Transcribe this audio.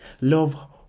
Love